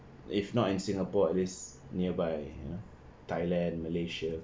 if not in singapore at least nearby thailand malaysia